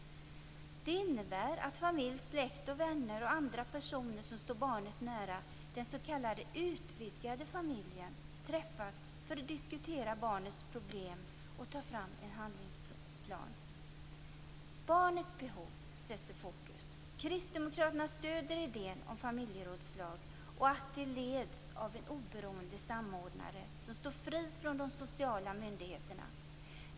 Det innebär att familj, släkt, vänner och andra personer som står barnet nära, den s.k. utvidgade familjen, träffas för att diskutera barnets problem och ta fram en handlingsplan. Barnets behov sätts i fokus. Kristdemokraterna stöder idén om familjerådslag och att de leds av en oberoende samordnare som står fri från de sociala myndigheterna.